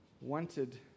wanted